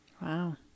Wow